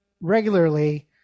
regularly